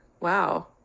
Wow